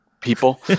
people